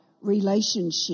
relationship